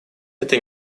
это